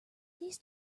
these